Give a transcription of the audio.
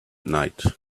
night